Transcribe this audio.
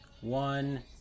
one